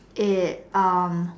it's um